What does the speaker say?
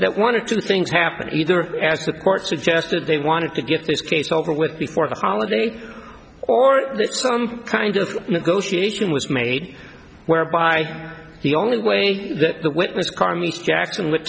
that one of two things happen either as the court suggested they wanted to get this case over with before the holiday or some kind of negotiation was made whereby the only way that the witness carr mr jackson would